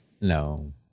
No